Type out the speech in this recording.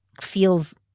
feels